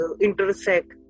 intersect